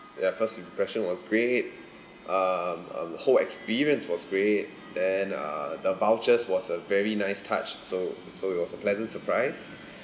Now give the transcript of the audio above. ya first impression was great um um whole experience was great then uh the vouchers was a very nice touch so so it was a pleasant surprise